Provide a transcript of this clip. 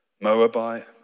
Moabite